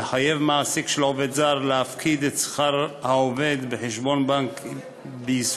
לחייב מעסיק של עובד זר להפקיד את שכר העובד בחשבון בנק בישראל,